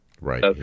Right